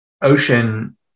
ocean